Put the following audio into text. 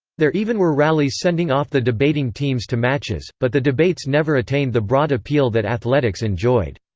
there even were rallies sending off the debating teams to matches, but the debates never attained the broad appeal that athletics enjoyed.